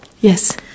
Yes